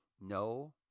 No